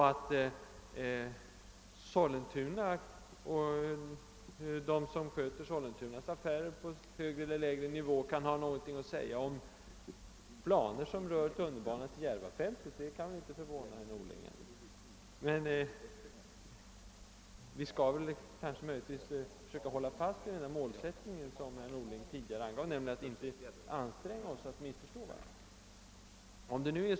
Att de som sköter Sollentunas affärer på högre eller lägre nivå kan ha något att säga om planer som rör tunnelbanan till Järvafältet kan väl inte förvåna herr Norling. Låt oss emellertid försöka hålla fast vid den målsättning som herr Norling tidigare angav, nämligen att inte anstränga oss för att missförstå varandra.